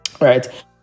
right